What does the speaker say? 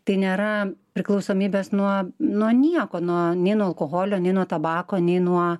tai nėra priklausomybės nuo nuo nieko nuo nei nuo alkoholio nei nuo tabako nei nuo